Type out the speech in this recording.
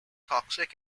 toxic